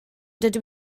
dydw